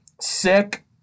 sick